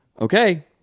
okay